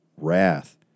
wrath